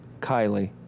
Kylie